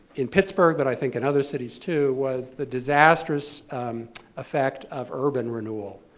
in pittsburgh, but i think in other cities too, was the disastrous effect of urban renewal,